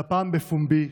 והפעם בפומבי,